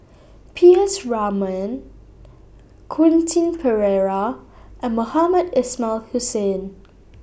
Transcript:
P S Raman Quentin Pereira and Mohamed Ismail Hussain